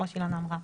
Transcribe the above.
כמו שאילנה אמרה,